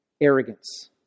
arrogance